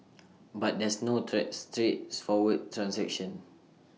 but there's no such straights forward transaction